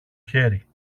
χέρι